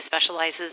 specializes